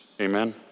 Amen